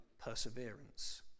perseverance